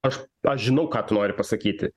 aš aš žinau ką tu nori pasakyti